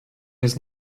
jest